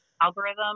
Algorithm